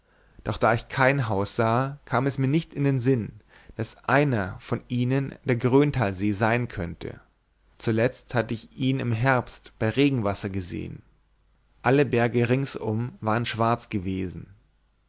doch da ich kein haus sah kam es mir nicht in den sinn daß einer von ihnen der gröntalsee sein könnte zuletzt hatte ich ihn im herbst bei regenwetter gesehen alle berge ringsum waren schwarz gewesen